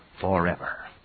forever